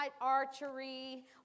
archery